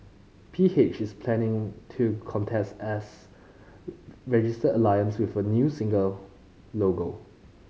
P H is planning to contest as registered alliance with a new single logo